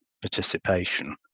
participation